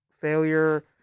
failure